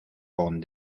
con